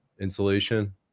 insulation